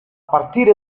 partire